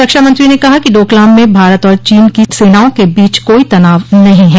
रक्षामंत्री ने कहा कि डोकलाम में भारत और चीन की सेनाओं के बीच कोई तनाव नहीं है